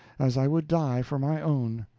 as i would die for my own.